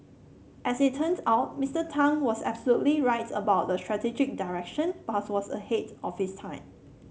as it turned out Mister Tang was absolutely right about the strategic direction but was ahead of his time